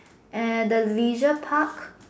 and the leisure park